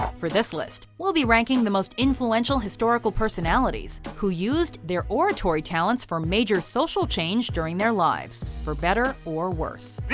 for the list we'll be ranking the most influential historical personalities who used their oratory talents for major social change during their lives, for better or worse